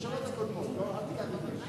אל תיקח את זה אישי.